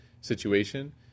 situation